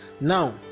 Now